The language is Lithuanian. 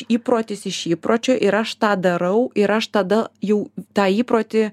įprotis iš įpročio ir aš tą darau ir aš tada jau tą įprotį